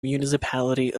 municipality